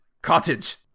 cottage